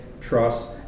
trust